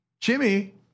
Jimmy